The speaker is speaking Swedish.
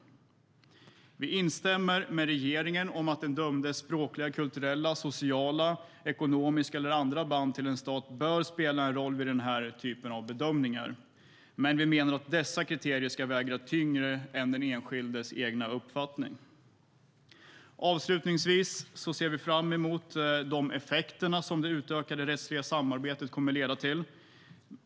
Vi instämmer med regeringen i att den dömdes språkliga, kulturella, sociala, ekonomiska eller andra band till en stat bör spela en roll vid den här typen av bedömningar. Men vi menar att dessa kriterier ska väga tyngre än den enskildes egen uppfattning. Avslutningsvis ser vi fram emot de effekter som det utökade rättsliga samarbetet kommer att leda till.